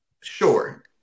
Sure